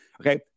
okay